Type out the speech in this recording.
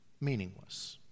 meaningless